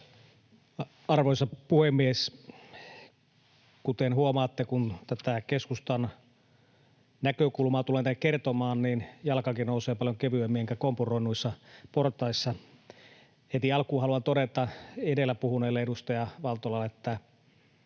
Arvoisa puhemies! Kuten huomaatte, kun tätä keskustan näkökulmaa tulen tänne kertomaan, niin jalkakin nousee paljon kevyemmin, enkä kompuroi noissa portaissa. Heti alkuun haluan todeta edellä puhuneelle edustaja Valtolalle, että